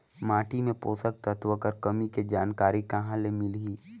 माटी मे पोषक तत्व कर कमी के जानकारी कहां ले मिलही?